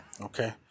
Okay